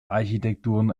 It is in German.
architekturen